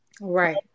Right